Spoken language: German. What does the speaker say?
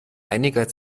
einiger